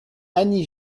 annie